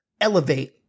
elevate